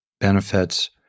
benefits